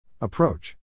Approach